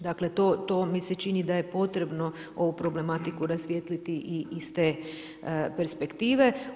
Dakle, to mi se čini da je potrebno ovu problematiku rasvijetliti i iz te perspektive.